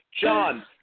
John